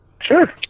Sure